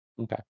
Okay